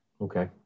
Okay